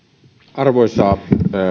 arvoisa